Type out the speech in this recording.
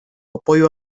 apoyo